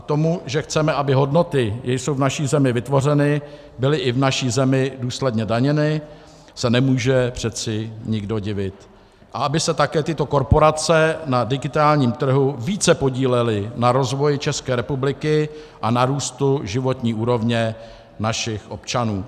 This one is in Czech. Tomu, že chceme, aby hodnoty, jež jsou v naší zemi vytvořeny, byly i v naší zemi důsledně daněny, se nemůže přece nikdo divit, a aby se také tyto korporace na digitálním trhu více podílely na rozvoji České republiky a na růstu životní úrovně našich občanů.